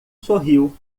sorriu